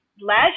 last